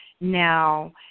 Now